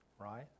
right